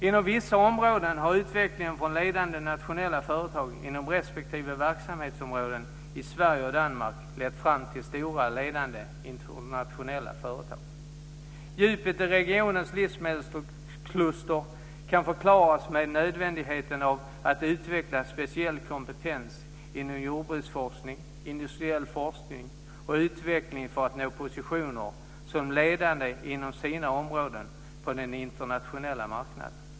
Inom vissa områden har utvecklingen av ledande nationella företag inom respektive verksamhetsområde i Sverige och Danmark lett fram till stora ledande internationella företag. Djupet i regionens livsmedelskluster kan förklaras med nödvändigheten av att utveckla speciell kompetens inom jordbruksforskning och industriell forskning och utveckling för att företagen ska nå ledande positioner inom sina områden på den internationella marknaden.